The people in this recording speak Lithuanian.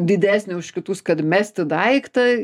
didesnę už kitus kad mesti daiktą